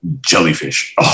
jellyfish